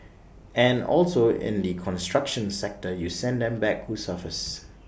and also in the construction sector you send them back who suffers